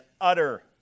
utter